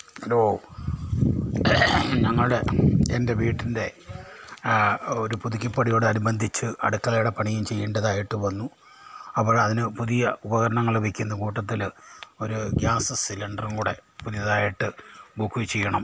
hello ഞങ്ങളുടെ എൻ്റെ വീട്ടിൻ്റെ ഒരു പുതുക്കി പണിയോടനുബന്ധിച്ച് അടുക്കളയുടെ പണിയും ചെയ്യേണ്ടതായിട്ട് വന്നു അപ്പോഴതിന് പുതിയ ഉപകരണങ്ങള് വെക്കുന്ന കൂട്ടത്തില് ഒരു ഗ്യാസ് സിലിണ്ടറും കൂടെ പുതിയതായിട്ട് ബുക്ക് ചെയ്യണം